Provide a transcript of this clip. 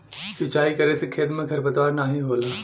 सिंचाई करे से खेत में खरपतवार नाहीं होला